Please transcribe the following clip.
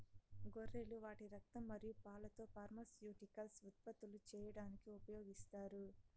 గొర్రెలు వాటి రక్తం మరియు పాలతో ఫార్మాస్యూటికల్స్ ఉత్పత్తులు చేయడానికి ఉపయోగిస్తారు